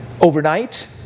Overnight